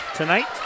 tonight